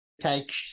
take